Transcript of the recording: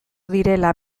direla